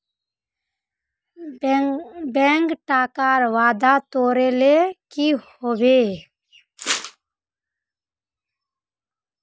bank टाकार वादा तोरले कि हबे